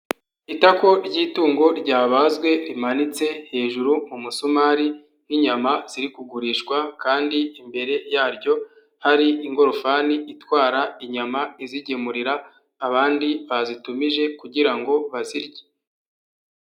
Itako ry'itungo ryabazwe rimanitse hejuru mu musumari nk'inyama ziri kugurishwa kandi imbere yaryo, hari ingorofani itwara inyama izigemurira, abandi bazitumije kugira ngo bazirye.